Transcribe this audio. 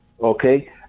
okay